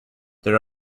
there